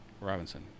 Robinson